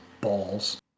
balls